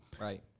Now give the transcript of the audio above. Right